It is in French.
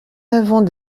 avant